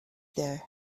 there